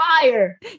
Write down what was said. fire